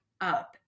up